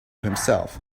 himself